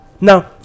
Now